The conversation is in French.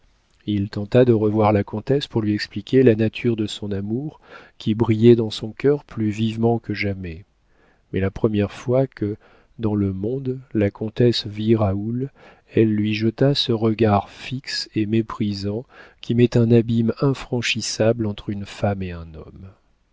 il tenta de revoir la comtesse pour lui expliquer la nature de son amour qui brillait dans son cœur plus vivement que jamais mais la première fois que dans le monde la comtesse vit raoul elle lui jeta ce regard fixe et méprisant qui met un abîme infranchissable entre une femme et un homme